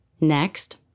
Next